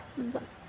బ